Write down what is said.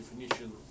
definition